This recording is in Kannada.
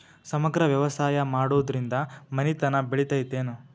ಸಮಗ್ರ ವ್ಯವಸಾಯ ಮಾಡುದ್ರಿಂದ ಮನಿತನ ಬೇಳಿತೈತೇನು?